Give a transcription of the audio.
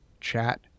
Chat